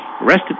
arrested